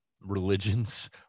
religions